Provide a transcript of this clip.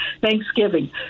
Thanksgiving